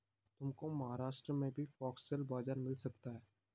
तुमको महाराष्ट्र में भी फॉक्सटेल बाजरा मिल सकता है